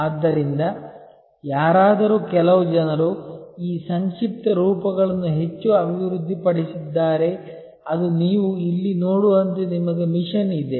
ಆದ್ದರಿಂದ ಯಾರಾದರೂ ಕೆಲವು ಜನರು ಈ ಸಂಕ್ಷಿಪ್ತ ರೂಪಗಳನ್ನು ಹೆಚ್ಚು ಅಭಿವೃದ್ಧಿಪಡಿಸಿದ್ದಾರೆ ಅದು ನೀವು ಇಲ್ಲಿ ನೋಡುವಂತೆ ನಿಮಗೆ ಮಿಷನ್ ಇದೆ